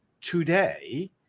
today